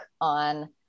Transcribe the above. on